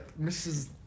Mrs